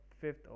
fifth